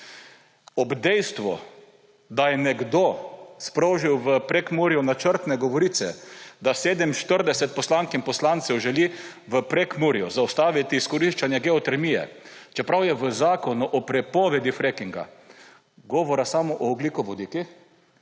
Ob dejstvu, da je nekdo sprožil v Prekmurju načrtne govorice, da 47 poslank in poslancev želi v Prekmurju zaustaviti izkoriščanje geotermije, čeprav je v zakonu o prepovedi frackinga govora samo o ogljikovodikih;